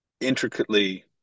intricately